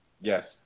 Yes